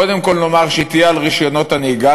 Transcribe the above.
קודם כול נאמר שהיא תחול על רישיונות הנהיגה,